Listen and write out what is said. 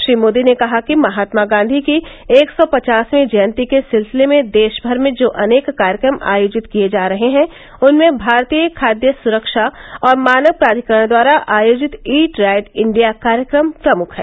श्री मोदी ने कहा कि महात्मा गांधी की एक सौ पचासवी जयन्ती के सिलसिले में देशभर में जो अनेक कार्यक्रम आयोजित किए जा रहे हैं उनमें भारतीय खाद्य सुरक्षा और मानक प्राधिकरण द्वारा आयोजित ईट राइट इंडिया कार्यक्रम प्रमुख हैं